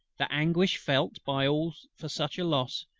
the anguish felt by all for such a loss,